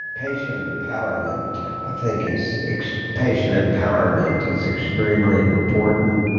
patient empowerment i think is patient empowerment is extremely important.